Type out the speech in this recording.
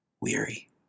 weary